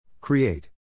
Create